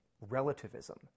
relativism